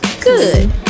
good